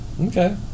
okay